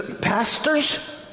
Pastors